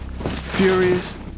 Furious